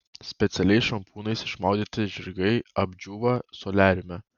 specialiais šampūnais išmaudyti žirgai apdžiūva soliariume